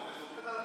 הוא עובד על כולנו.